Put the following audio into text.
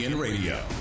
Radio